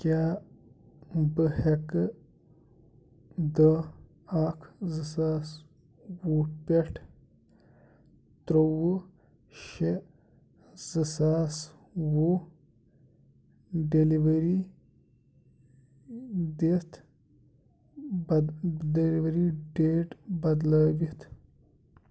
کیٛاہ بہٕ ہٮ۪کہٕ دَہ اکھ زٕ ساس وُہ پٮ۪ٹھ ترٛوٚوُہ شیٚے زٕ ساس وُہ ڈیلیوری دِتھ بد ڈیلیوری ڈیٹ بدلٲوِتھ